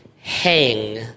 hang